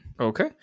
Okay